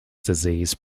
disease